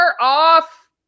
off